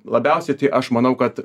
labiausiai tai aš manau kad